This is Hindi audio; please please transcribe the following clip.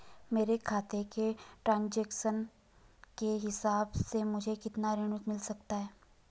मेरे खाते के ट्रान्ज़ैक्शन के हिसाब से मुझे कितना ऋण मिल सकता है?